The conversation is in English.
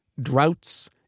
droughts